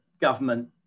government